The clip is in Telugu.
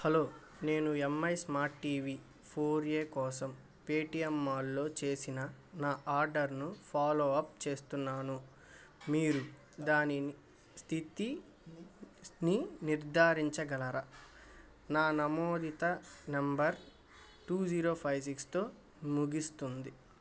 హలో నేను M R I smart TV four A కోసం పేటీఎం మాల్లో చేసిన నా ఆర్డర్ను ఫాలో అప్ చేస్తున్నాను మీరు దాని స్థితి ని నిర్ధారించగలరా నా నమోదిత నంబర్ టు జీరో ఫైవ్ సిక్స్తో ముగిస్తుంది